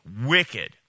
wicked